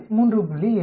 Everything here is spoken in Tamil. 8 E O